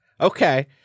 Okay